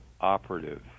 operative